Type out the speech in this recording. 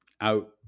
Out